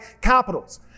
capitals